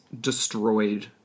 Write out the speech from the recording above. destroyed